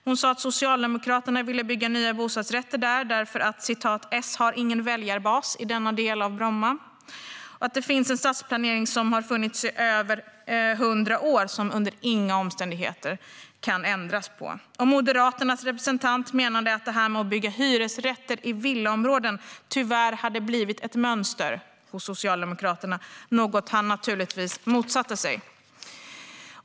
Hon sa att Socialdemokraterna ville bygga nya bostäder där "för att S inte har någon väljarbas i den här delen av Bromma" och att det finns en stadsplanering sedan mer än 100 år som under inga omständigheter kan ändras. Moderaternas representant menade att detta med att bygga hyresrätter i villaområden tyvärr hade blivit ett mönster hos Socialdemokraterna, något han naturligtvis motsatte sig.